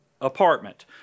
apartment